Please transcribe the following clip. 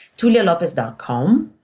tulialopez.com